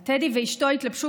על תדי ואשתו התלבשו